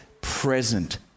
present